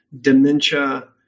dementia